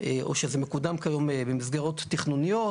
או שזה מקודם כיום במסגרות תכנוניות.